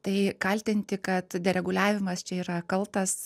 tai kaltinti kad dereguliavimas čia yra kaltas